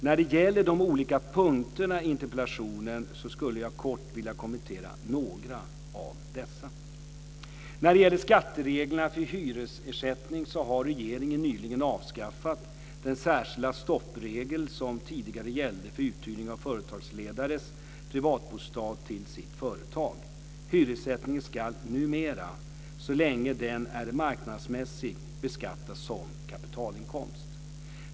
När det gäller de olika punkterna i interpellationen skulle jag kort vilja kommentera några av dessa. När det gäller skattereglerna för hyresersättning så har regeringen nyligen avskaffat den särskilda stoppregel som tidigare gällde för uthyrning av företagsledarens privatbostad till sitt företag. Hyresersättningen ska numera, så länge den är marknadsmässig, beskattas som kapitalinkomst.